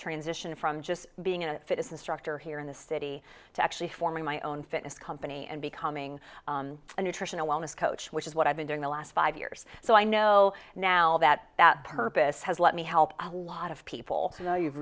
transition from just being a fit instructor here in the city to actually forming my own fitness company and becoming a nutritional wellness coach which is what i've been doing the last five years so i know now that that purpose has let me help a lot of people you know you've